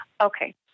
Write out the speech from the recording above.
Okay